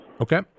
Okay